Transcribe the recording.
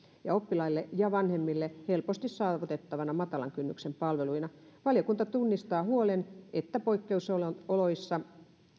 ja oppilaille ja vanhemmille helposti saavutettavina matalan kynnyksen palveluina valiokunta tunnistaa huolen että poikkeusoloissa